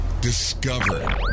discover